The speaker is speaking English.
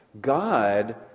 God